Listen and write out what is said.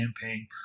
campaign